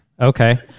Okay